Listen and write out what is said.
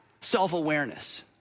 self-awareness